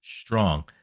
strong